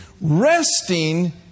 Resting